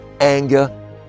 anger